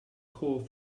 core